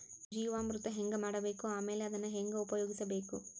ಜೀವಾಮೃತ ಹೆಂಗ ಮಾಡಬೇಕು ಆಮೇಲೆ ಅದನ್ನ ಹೆಂಗ ಉಪಯೋಗಿಸಬೇಕು?